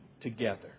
together